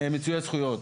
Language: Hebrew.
מיצוי הזכויות,